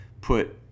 put